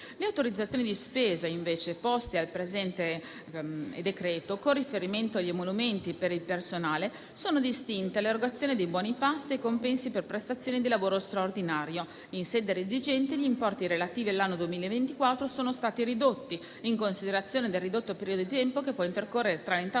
Le autorizzazioni di spesa, invece, poste al presente disegno di legge, sono distinte con riferimento agli emolumenti per il personale, all'erogazione dei buoni pasto e ai compensi per prestazioni di lavoro straordinario. In sede redigente, gli importi relativi all'anno 2024 sono stati ridotti in considerazione del ridotto periodo di tempo che può intercorrere tra l'entrata in